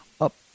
up